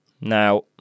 Now